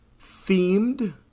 themed